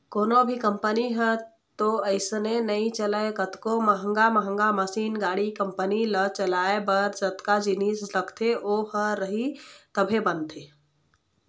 कोनो भी कंपनी ह तो अइसने नइ चलय कतको महंगा महंगा मसीन, गाड़ी, कंपनी ल चलाए बर जतका जिनिस लगथे ओ ह रही तभे बनथे